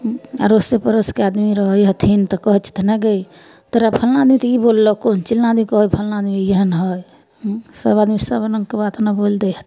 अड़ोसे पड़ोसके आदमी रहै हथिन तऽ कहै छथिन हँ गे तोरा फल्लाँ आदमी तऽ ई बोललकौ चिल्लाँ आदमी कहे हौ फल्लाँ आदमी एहन हइ उँ सब आदमी सबरङ्गके बात ने बोलि दै हथिन उँ